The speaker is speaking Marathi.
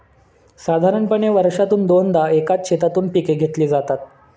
साधारणपणे वर्षातून दोनदा एकाच शेतातून पिके घेतली जातात